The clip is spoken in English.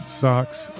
socks